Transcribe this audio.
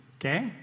Okay